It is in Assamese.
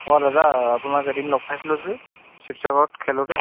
অ দাদা আপোনাক এদিন লগ পাইছিলোঁ যে শিৱসাগৰত খেলোঁতে